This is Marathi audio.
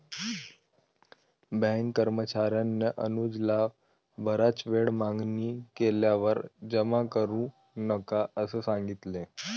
बँक कर्मचार्याने अनुजला बराच वेळ मागणी केल्यावर जमा करू नका असे सांगितले